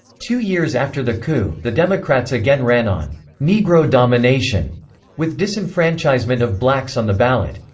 two years after the coup, the democrats again ran on negro domination with disenfranchisement of blacks on the ballot.